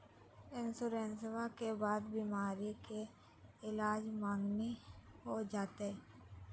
इंसोरेंसबा के बाद बीमारी के ईलाज मांगनी हो जयते?